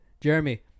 Jeremy